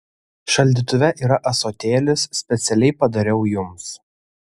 šaldytuve yra ąsotėlis specialiai padariau jums